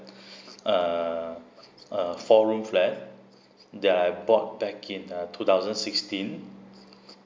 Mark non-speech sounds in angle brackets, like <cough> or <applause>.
<breath> err uh four room flat that I bought back in uh two thousand sixteen